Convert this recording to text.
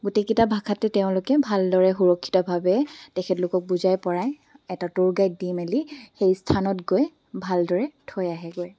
গোটেইকেইটা ভাষাটো তেওঁলোকে ভালদৰে সুৰক্ষিতভাৱে তেখেতলোকক বুজাই পৰাই এটা টুৰ গাইড দি মেলি সেই স্থানত গৈ ভালদৰে থৈ আহেগৈ